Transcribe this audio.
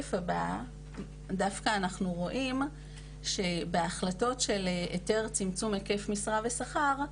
בשקף הבא דווקא אנחנו רואים שבהחלטות של היתר צמצום היקף משרה ושכר,